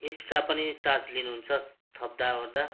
extra पनि charge लिनुहुन्छ थप्दाओर्दा